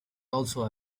also